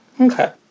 okay